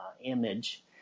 image